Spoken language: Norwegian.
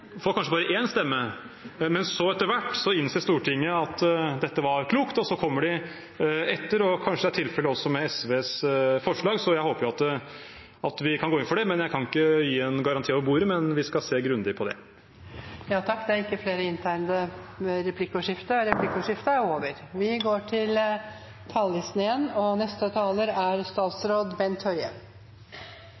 får kanskje bare én stemme. Men så, etter hvert, innser Stortinget at dette var klokt, og så kommer de etter. Kanskje blir det tilfellet også med SVs forslag. Jeg håper vi kan gå inn for det, men jeg kan ikke gi en garanti over bordet. Vi skal se grundig på det. Replikkordskiftet er omme. Regjeringens budsjettforslag skal sette sykehusene i stand til å håndtere koronapandemien på en god måte. Samtidig legger vi til rette for at både kvalitet og